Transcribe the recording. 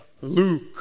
Luke